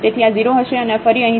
તેથી આ 0 હશે અને આ ફરી અહીં 0 છે